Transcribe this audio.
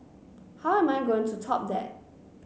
how am I going to top that